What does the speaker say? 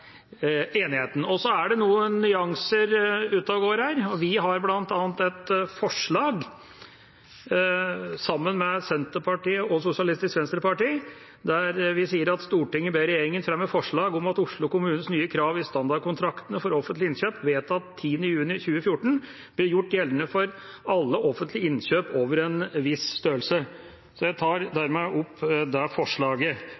enigheten. Så er det noen nyanser ute og går her. Vi har bl.a. et forslag sammen med Senterpartiet og Sosialistisk Venstreparti der vi sier følgende: «Stortinget ber regjeringen fremme forslag om at Oslo kommunes nye krav i standardkontraktene for offentlige innkjøp, vedtatt 10. juni 2014, blir gjort gjeldende for alle offentlige innkjøp over en viss størrelse.» Jeg tar dermed opp dette forslaget.